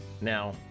Now